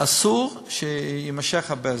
אסור שיימשך הרבה זמן.